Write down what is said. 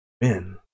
men